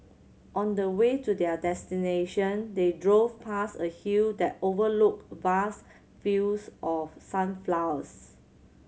on the way to their destination they drove past a hill that overlooked vast fields of sunflowers